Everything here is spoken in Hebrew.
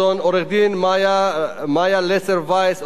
עורכת-הדין מאיה לסר-וייס,